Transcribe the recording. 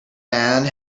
band